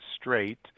straight